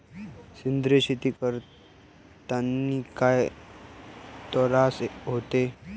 सेंद्रिय शेती करतांनी काय तरास होते?